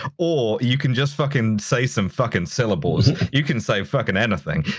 or you can just fuckin' say some fuckin' syllables. you can say fuckin' anything.